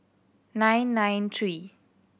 nine nine three